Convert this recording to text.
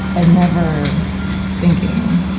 and never thinking,